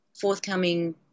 forthcoming